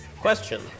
Question